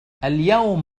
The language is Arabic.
اليوم